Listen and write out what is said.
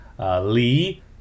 Lee